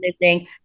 missing